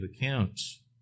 accounts